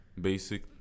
basic